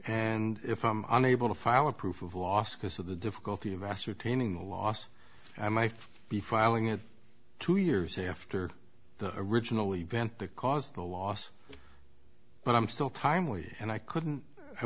and if i'm able to file a proof of loss because of the difficulty of ascertaining the loss i might be filing it two years after the original event that caused the loss but i'm still timely and i couldn't i